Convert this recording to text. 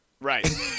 Right